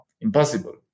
impossible